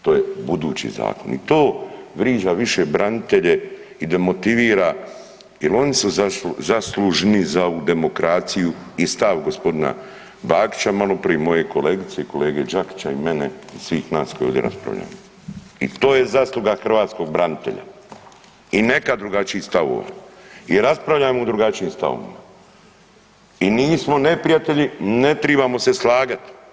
To je budući zakon i to vriđa više branitelje i demotivira jer oni su zaslužni za ovu demokraciju i stav gospodina Bakića malo prije, moje kolege Đakića i mene i svih nas koji ovdje raspravljamo i to je zasluga hrvatskog branitelja i neka drugačijih stavova i raspravljamo u drugačijim stavovima i nismo neprijatelji, ne tribamo se slagat.